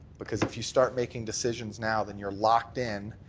because if you start making decisions now then you're locked in.